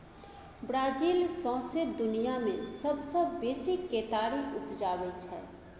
Brazil सौंसे दुनियाँ मे सबसँ बेसी केतारी उपजाबै छै